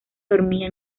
dormía